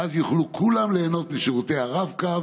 ואז יוכלו כולם ליהנות משירותי הרב-קו